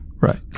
Right